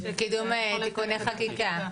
קידום תיקוני חקיקה.